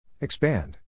Expand